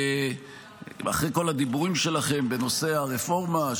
אחרי כל הדיבורים שלכם בנושא הרפורמה,